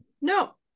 no